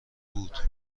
بود